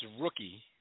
rookie